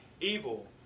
evil